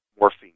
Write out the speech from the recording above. morphine